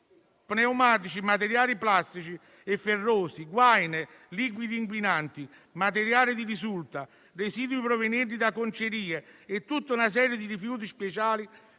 Pneumatici, materiali plastici e ferrosi, guaine, liquidi inquinanti, materiali di risulta, residui provenienti da concerie e tutta una serie di rifiuti speciali